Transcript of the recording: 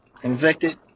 convicted